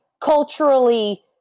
culturally